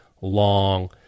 long